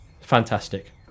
Fantastic